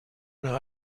nach